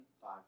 five